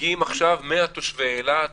מגיעים 100 תושבי אילת,